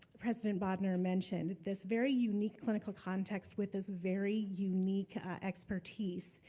president bodnar mentioned, this very unique clinical context with this very unique expertise.